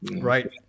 right